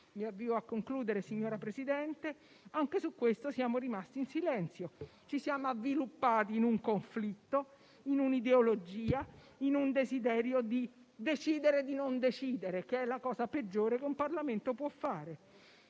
Mi avvio a concludere, signora Presidente. Anche su questo siamo rimasti in silenzio; ci siamo avviluppati in un conflitto, in un'ideologia, in un desiderio di decidere di non decidere, che è la cosa peggiore che un Parlamento può fare.